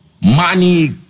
money